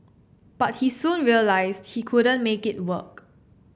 but he soon realised he couldn't make it work